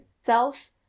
cells